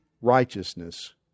righteousness